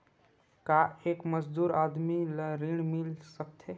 का एक मजदूर आदमी ल ऋण मिल सकथे?